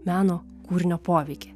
meno kūrinio poveikį